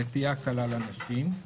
נטייה קלה לנשים.